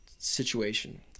situation